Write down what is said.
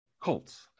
Colts